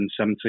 170